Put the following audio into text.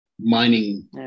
mining